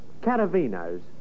Caravino's